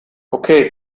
okay